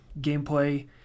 gameplay